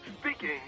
speaking